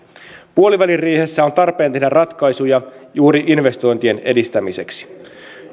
puoliväliriihessä on tarpeen tehdä ratkaisuja juuri investointien edistämiseksi